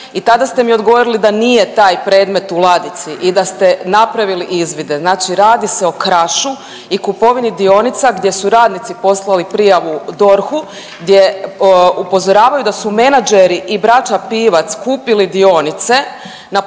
i tada ste mi odgovorili da nije taj predmet u ladici i da ste napravili izvide. Znači radi se o Krašu i kupovini dionica gdje su radnici poslali prijavu DORH-u gdje upozoravaju da su menadžeri i braća Pivac kupili dionice na prevaru